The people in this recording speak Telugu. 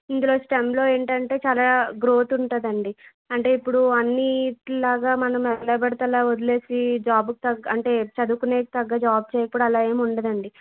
ఇందులో స్టెమ్లో ఏంటంటే చాలా గ్రోత్ ఉంటుందండి అంటే ఇప్పుడు అన్నిటిలాగా మనము ఎలా పడితే అలా వదిలేసి జాబుకు తగ్గ అంటే చదువుకొనే తగ్గ జాబ్ చే అలా ఏం ఉండదండి